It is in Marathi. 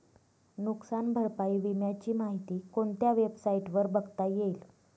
नुकसान भरपाई विम्याची माहिती कोणत्या वेबसाईटवर बघता येईल?